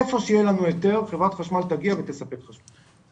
איפה שיהיה לנו היתר חברת חשמל תגיע ותספק חשמל,